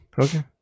Okay